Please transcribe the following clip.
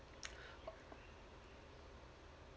oh